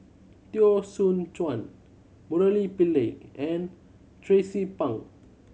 Teo Soon Chuan Murali Pillai and Tracie Pang